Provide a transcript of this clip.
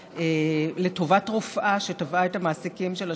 לטובת רופאה שתבעה את המעסיקים שלה,